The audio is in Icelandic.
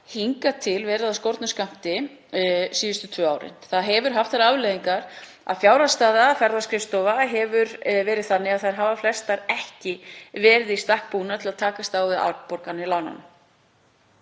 hingað til verið af skornum skammti síðustu tvö árin. Það hefur haft þær afleiðingar að fjárhagsstaða ferðaskrifstofa hefur verið þannig að þær hafa flestar ekki verið í stakk búnar til að takast á við afborganir af lánunum.